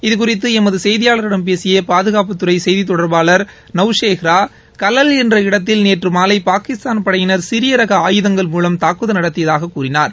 இதுகுறித்து எமது செய்தியாளரிடம் பேசிய பாதுகாப்புத்துறை செய்தித் தொடர்பாளர் நவ்ஷேஹ்ரா கலல் என்ற இடத்தில் நேற்று மாலை பாகிஸ்தான் படையினர் சிறிய ரக ஆயுதங்கள் மூவம் தாக்குதல் நடத்தியதாகக் கூறினார்